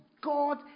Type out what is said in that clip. God